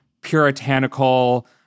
puritanical